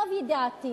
למיטב ידיעתי